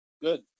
Good